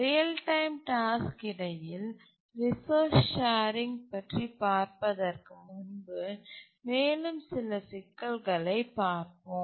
real time task இடையில் resource sharing பற்றி பார்ப்பதற்கு முன்பு மேலும் சில சிக்கல்களைப் பார்ப்போம்